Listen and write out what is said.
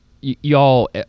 y'all